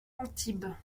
antibes